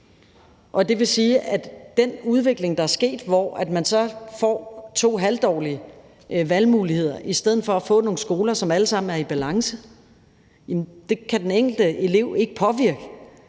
det vil sige, at den udvikling, der er sket, hvor man så får to halvdårlige valgmuligheder i stedet for at få nogle skoler, som alle sammen er i balance, kan den enkelte elev ikke påvirke,